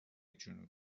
جنوبی